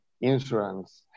insurance